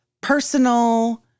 personal